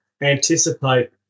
anticipate